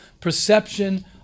perception